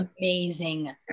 amazing